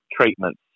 treatments